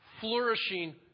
flourishing